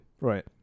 Right